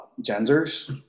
genders